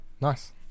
nice